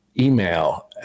email